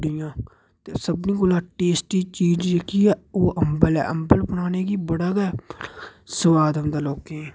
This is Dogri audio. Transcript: जियां सभनीं कोला टेस्ट बी जिस चीज़ च ऐ ओह् अम्बल ऐ अम्बल बनाने गी बड़ा गै सोआद औंदा लोकें ई